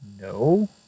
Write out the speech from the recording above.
no